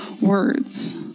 words